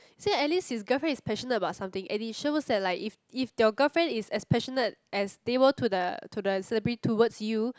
so at least his girlfriend is passionate about something and it shows that like if if your girlfriend is as passionate as they were to the to the celebrity towards you